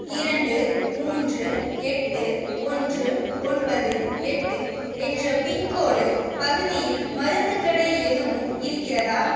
இரண்டு மூன்று எட்டு ஒன்று ஒன்பது எட்டு என்ற பின்கோடு பகுதியில் மருந்துக் கடை எதுவும் இருக்கிறதா